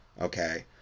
Okay